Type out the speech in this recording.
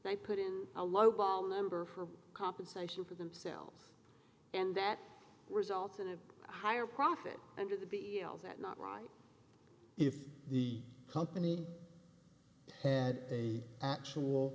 they put in a lowball number for compensation for themselves and that results in a higher profit under the b l that not right if the company had a actual